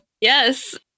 Yes